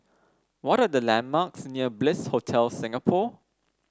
what are the landmarks near Bliss Hotel Singapore